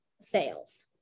sales